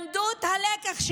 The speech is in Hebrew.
למדו את הלקח,